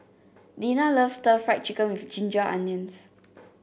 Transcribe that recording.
Dinah loves stir Fry Chicken with Ginger Onions